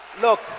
Look